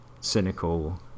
cynical